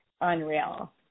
unreal